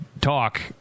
talk